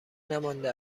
نمانده